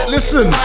Listen